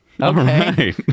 Okay